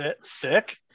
sick